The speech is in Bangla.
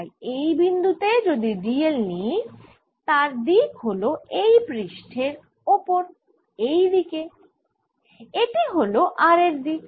তাই এই বিন্দু তে যদি d l নিই যার দিক হল এই পৃষ্ঠের ওপর এই দিকে এটি হল r এর দিক